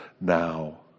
now